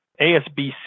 ASBC